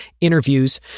interviews